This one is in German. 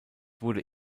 war